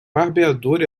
barbeador